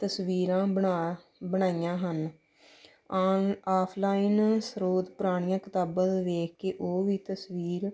ਤਸਵੀਰਾਂ ਬਣਾ ਬਣਾਈਆਂ ਹਨ ਆਨ ਆਫਲਾਈਨ ਸ੍ਰੋਤ ਪੁਰਾਣੀਆਂ ਕਿਤਾਬਾਂ ਤੋਂ ਵੇਖ ਕੇ ਉਹ ਵੀ ਤਸਵੀਰ